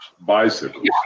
bicycles